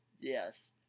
Yes